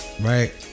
right